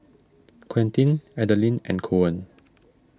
Quentin Adilene and Koen